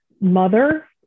mother